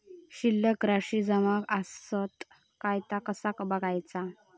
शिल्लक राशी जमा आसत काय ता कसा बगायचा?